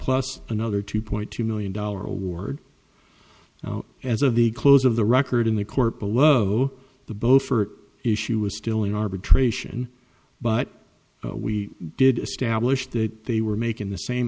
plus another two point two million dollars award as of the close of the record in the court below the beaufort issue was still in arbitration but we did stablished that they were making the same